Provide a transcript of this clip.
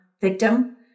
victim